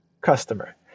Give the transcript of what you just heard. customer